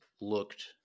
looked